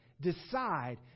decide